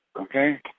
okay